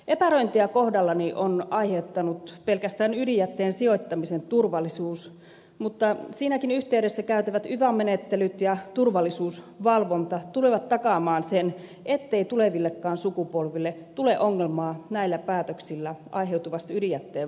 epäröintiä kohdallani on aiheuttanut pelkästään ydinjätteen sijoittamisen turvallisuus mutta siinäkin yhteydessä käytävät yva menettelyt ja turvallisuusvalvonta tulevat takaamaan sen ettei tulevillekaan sukupolville tule ongelmaa näillä päätöksillä aiheutuvasta ydinjätteen varastoinnista